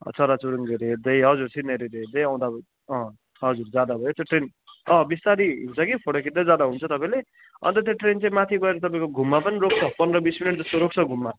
चराचुरूङ्गीहरू हेर्दै हजुर सिनेरीहरू हेर्दै आउँदा हजुर जाँदा भयो त्यो ट्रेन अँ बिस्तारै हुन्छ कि फोटो खिच्दै जाँदा हुन्छ तपाईँले अन्त त्यो ट्रेन चाहिँ माथि गएर तपाईँको घुममा पनि रोक्छ पन्ध्र बिस मिनट जस्तो रोक्छ घुममा